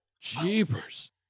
Jeepers